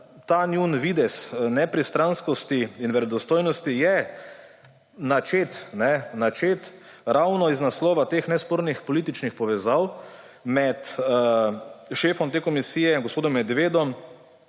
ta njun videz nepristranskosti in verodostojnosti je načet, načet ravno z naslova teh nespornih političnih povezav med šefom te komisije gospodom Medvedom